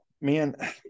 Man